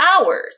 hours